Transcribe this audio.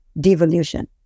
devolution